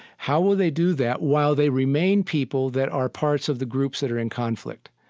how will they do that while they remain people that are parts of the groups that are in conflict?